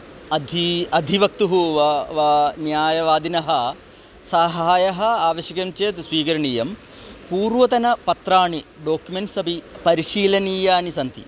अधी अधिवक्तुः वा वा न्यायवादिनः साहाय्यम् आवश्यकं चेद् स्वीकरणीयं पूर्वतनपत्राणि डोक्युमेण्ट्स् अपि परिशीलनीयानि सन्ति